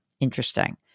interesting